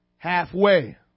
Halfway